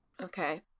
Okay